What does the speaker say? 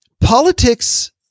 politics